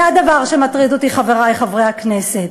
זה הדבר שמטריד אותי, חברי חברי הכנסת.